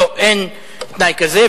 אין תנאי כזה,